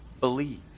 believe